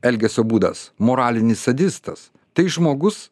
elgesio būdas moralinis sadistas tai žmogus